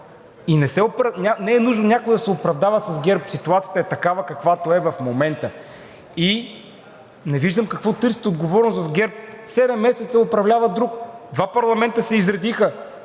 Не е нужно някой да се оправдава с ГЕРБ. Ситуацията е такава, каквато е в момента. И не виждам защо търсите отговорност в ГЕРБ? Седем месеца управлява друг, два парламента се изредиха.